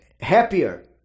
happier